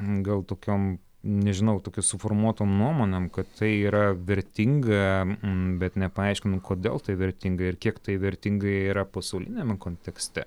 gal tokiom nežinau tokiom suformuotom nuomonėm kad tai yra vertinga bet nepaaiškinam kodėl tai vertinga ir kiek tai vertinga yra pasauliniame kontekste